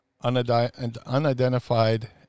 unidentified